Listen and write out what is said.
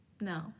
No